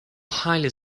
highly